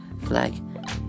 flag